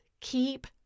keep